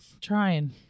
Trying